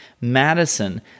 Madison